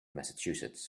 massachusetts